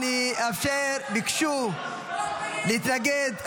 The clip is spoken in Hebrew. ביקשו להתנגד,